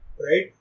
right